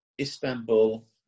Istanbul